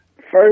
First